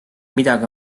midagi